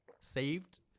Saved